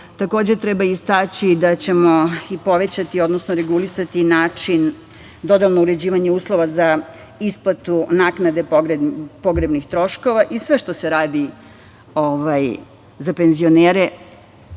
treba istaći da ćemo povećati, odnosno regulisati način uređivanja uslova za isplatu naknade pogrebnih troškova. I sve što se radi za penzionere,